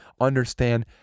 understand